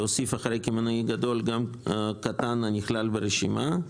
להוסיף אחרי קמעונאי גדול גם קטן הנכלל ברשימה.